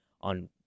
on